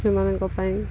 ସେମାନଙ୍କ ପାଇଁ